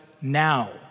now